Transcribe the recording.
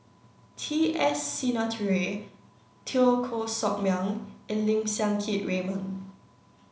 T S Sinnathuray Teo Koh Sock Miang and Lim Siang Keat Raymond